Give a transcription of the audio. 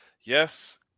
Yes